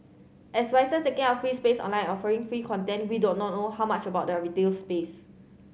as writers taking up free space online offering free content we do not know or how much about their retail space